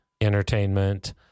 entertainment